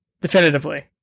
Definitively